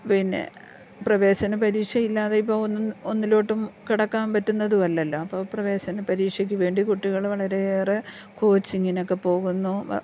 പിന്നെ പ്രവേശന പരീക്ഷ ഇല്ലാതെ ഇപ്പം ഒന്നിലോട്ടും കടക്കാൻ പറ്റുന്നതല്ലല്ലോ അപ്പം പ്രവേശന പരീക്ഷയ്ക്ക് വേണ്ടി കുട്ടികൾ വളരെയേറെ കോച്ചിങ്ങിനൊക്കെ പോകുന്നു